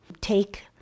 take